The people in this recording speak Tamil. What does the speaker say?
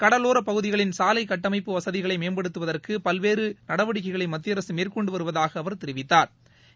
கடலோரப் பகுதிகளின் சாலை கட்டமைப்பு வசதிகளை மேம்படுத்துவதற்கு பல்வேறு நடவடிக்கைகளை மத்திய அரசு மேற்கொண்டு வருவதாக அவா் தெரிவித்தாா்